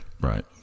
Right